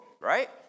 right